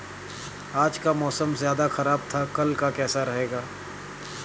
आज का मौसम ज्यादा ख़राब था कल का कैसा रहेगा?